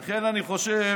לכן אני חושב,